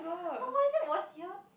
no !wah! that was year